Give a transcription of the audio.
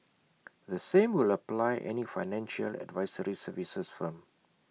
the same will apply any financial advisory services firm